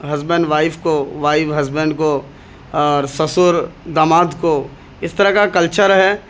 husband wife کو wife husband کو اور سسر داماد کو اس طرح کا کلچر ہے